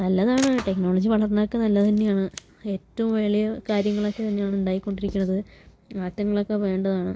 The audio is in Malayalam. നല്ലതാണ് ടെക്നോളജി വളർന്നതൊക്കെ നല്ലതു തന്നെയാണ് ഏറ്റവും വലിയ കാര്യങ്ങളൊക്കെ തന്നെയാണ് ഉണ്ടായിക്കൊണ്ടിരിക്കണത് മാറ്റങ്ങളൊക്കെ വേണ്ടതാണ്